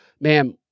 ma'am